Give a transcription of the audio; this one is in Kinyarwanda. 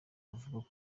avuga